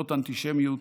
זאת אנטישמיות,